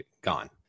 gone